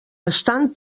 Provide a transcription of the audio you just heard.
estan